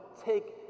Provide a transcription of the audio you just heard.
take